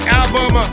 album